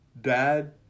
dad